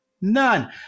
None